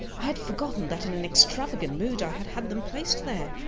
i had forgotten that in an extravagant mood i had had them placed there.